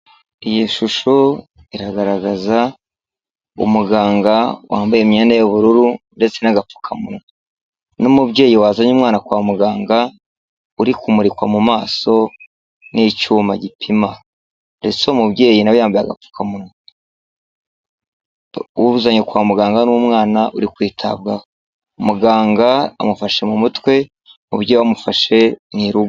Iyi shusho, iragaragaza umuganga wambaye imyenda y'ubururu, ndetse n'agapfukamunwa. N'umubyeyi wazanye umwana kwa muganga, uri kumurikwa mu maso n'icyuma gipima. Ndetse uwo mubyeyi nawe yambaye agapfukamunwa. uzankwe kwa muganga ni umwana uri kwitabwaho. Muganga amufashe mu mutwe, umubyeyi we amufashe mu irugo.